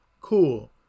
cool